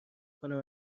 کنم